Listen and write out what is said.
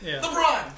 LeBron